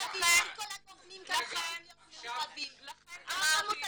--- כל הגורמים צריכים להיות מעורבים.